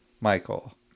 Michael